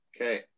okay